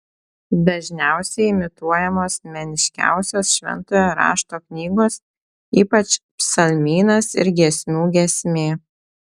dažniausiai imituojamos meniškiausios šventojo rašto knygos ypač psalmynas ir giesmių giesmė